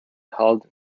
called